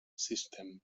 system